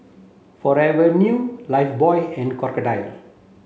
Forever New Lifebuoy and Crocodile